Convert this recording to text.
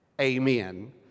Amen